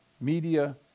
media